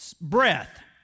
breath